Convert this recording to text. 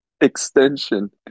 Extension